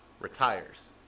retires